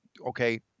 okay